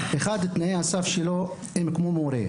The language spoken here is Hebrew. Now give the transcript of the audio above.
תנאי הסף שלו הם כמו של מורה,